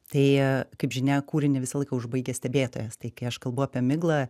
tai kaip žinia kūrinį visą laiką užbaigia stebėtojas tai kai aš kalbu apie miglą